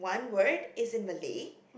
the word is in Malay